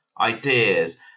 ideas